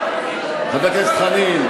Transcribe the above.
חבר הכנסת מנהל פיליבסטר?